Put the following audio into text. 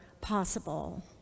possible